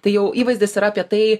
tai jau įvaizdis yra apie tai